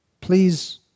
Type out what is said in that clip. please